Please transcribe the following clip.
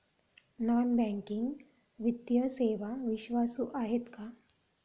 Non banking वित्तीय सेवा विश्वासू आहेत का?